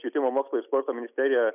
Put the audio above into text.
švietimo mokslo ir sporto ministerija